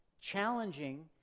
challenging